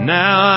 now